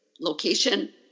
location